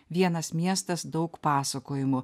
vienas miestas daug pasakojimų